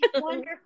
Wonderful